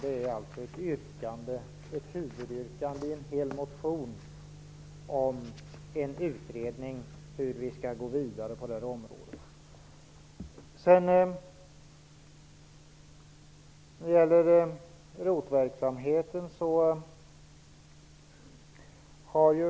Det är alltså ett huvudyrkande i en motion om en utredning om hur vi skall gå vidare på det här området.